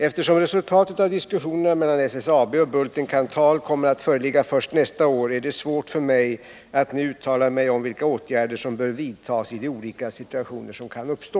Eftersom resultatet av diskussionerna mellan SSAB och Bulten Kanthal kommer att föreligga först nästa år, är det svårt för mig att nu uttala mig om vilka åtgärder som bör vidtas i de olika situationer som kan uppstå.